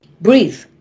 Breathe